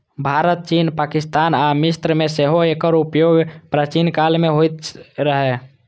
भारत, चीन, पाकिस्तान आ मिस्र मे सेहो एकर उपयोग प्राचीन काल मे होइत रहै